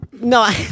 No